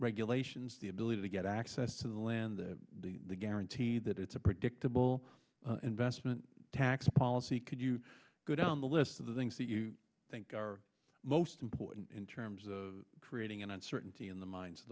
regulations the ability to get access to the land the the the guarantee that it's a predictable investment tax policy could you go down the list of the things that you i think our most important in terms of creating an uncertainty in the minds of